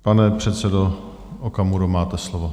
Pane předsedo Okamuro, máte slovo.